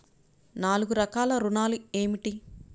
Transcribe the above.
నాలుగు రకాల ఋణాలు ఏమిటీ?